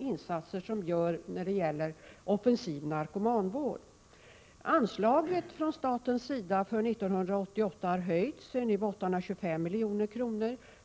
insatser som görs när det gäller offensiv narkomanvård berörs ganska utförligt i propositionen. Statens anslag för 1988 har höjts och är nu 825 milj.kr.